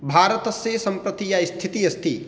भारतस्य सम्प्रति या स्थितिः अस्ति